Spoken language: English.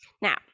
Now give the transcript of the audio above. Now